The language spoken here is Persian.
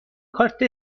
کارت